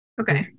Okay